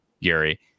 Gary